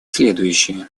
следующие